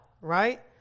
right